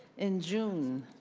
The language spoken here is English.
in june,